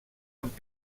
amb